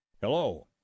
Hello